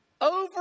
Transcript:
over